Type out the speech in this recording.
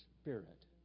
Spirit